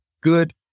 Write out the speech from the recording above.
good